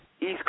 East